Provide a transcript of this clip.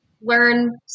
learn